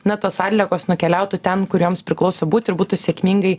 na tos atliekos nukeliautų ten kur joms priklauso būt ir būtų sėkmingai